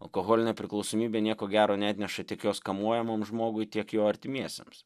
alkoholinė priklausomybė nieko gero neatneša tiek jos kamuojamam žmogui tiek jo artimiesiems